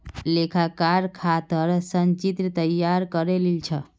लेखाकार खातर संचित्र तैयार करे लील छ